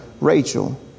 Rachel